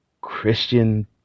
Christian